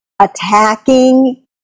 attacking